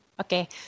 okay